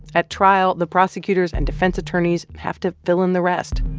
at trial, the prosecutors and defense attorneys have to fill in the rest,